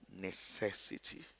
necessity